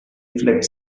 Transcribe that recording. reflect